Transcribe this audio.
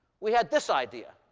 we had this idea.